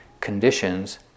conditions